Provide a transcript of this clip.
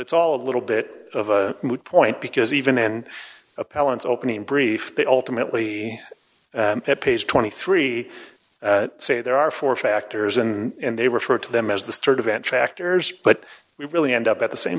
it's all a little bit of a moot point because even in appellants opening brief they ultimately have page twenty three say there are four factors and they refer to them as the start of an tractors but we really end up at the same